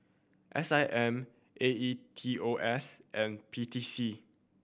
S I M A E T O S and P T C